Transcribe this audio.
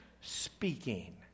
speaking